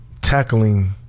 tackling